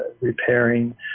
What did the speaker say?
repairing